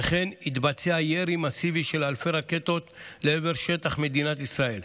וכן התבצע ירי מסיבי של אלפי רקטות לעבר שטח מדינת ישראל.